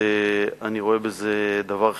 אני רואה בזה דבר חיובי,